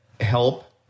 help